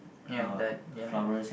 ya that ya ya